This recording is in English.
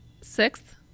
sixth